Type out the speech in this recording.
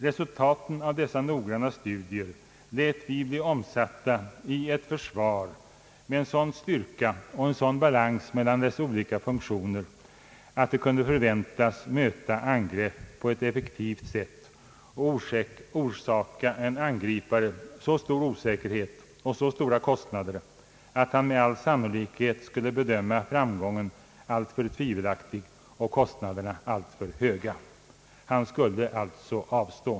Resultaten av dessa noggranna studier lät vi bli omsatta i ett försvar med en sådan styrka och en sådan balans mellan dess olika funktioner att det kunde förväntas möta angrepp på ett effektivt sätt och orsaka en angripare så stor osäkerhet och så stora kostnader att han med all sannolikhet skulle bedöma framgången alltför tvivelaktig och kostnaderna alltför höga. Han skulle alltså avstå.